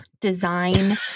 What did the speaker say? design